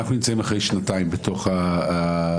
אנחנו נמצאים אחרי שנתיים בתוך המציאות